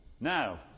Now